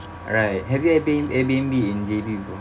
right have you ever been airbnb in J_B before